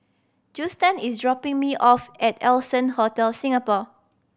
Juston is dropping me off at Allson Hotel Singapore